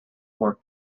wore